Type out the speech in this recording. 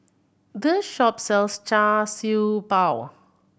this shop sells Char Siew Bao